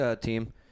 team